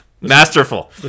Masterful